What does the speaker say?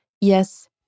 Yes